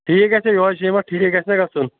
ٹھیٖک گژھِ یہوے سیٖمَٹ ٹھیٖک گژھِ نہ گژھُن